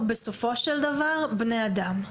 בסופו של דבר יש כאן בני אדם.